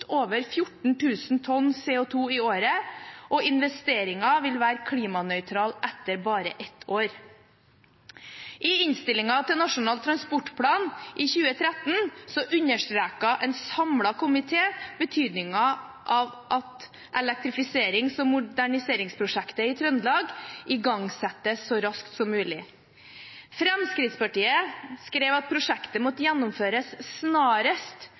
over 14 000 tonn CO2 i året, og investeringen vil være klimanøytral etter bare ett år. I innstillingen til Nasjonal transportplan i 2013 understreket en samlet komité betydningen av at elektrifiserings- og moderniseringsprosjektet i Trøndelag igangsettes så raskt som mulig. Fremskrittspartiet skrev at prosjektet måtte gjennomføres snarest,